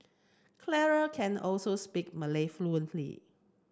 Clara can also speak Malay fluently